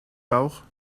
bauch